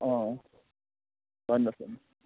भन्नुहोस्